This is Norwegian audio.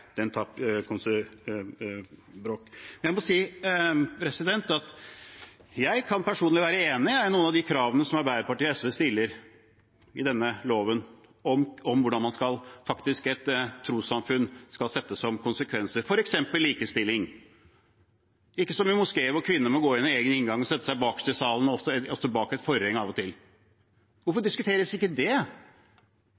den slags bråk. Jeg kan personlig være enig i noen av de kravene Arbeiderpartiet og SV vil stille i denne loven, om konsekvenser for trossamfunn, f.eks. om likestilling – at det ikke skal være som i moskeer, hvor kvinner må gå inn en egen inngang og sette seg bakerst i salen, og av og til også bak et forheng. Hvorfor diskuteres ikke det? Hvis SV og Arbeiderpartiet er villig til